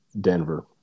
Denver